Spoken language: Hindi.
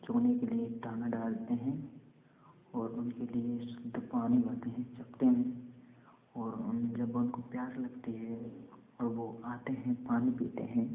चुगने के लिए दाना डालते हैं और उनके लिए शुद्ध पानी भरते हैं चपटे में और उन जब उनको प्यास लगती है और वह आते हैं पानी पीते हैं